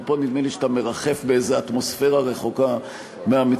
אבל פה נדמה לי שאתה מרחף באיזה אטמוספירה רחוקה מהמציאות.